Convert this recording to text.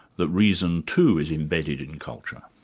that reason too, is embedded in culture.